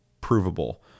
provable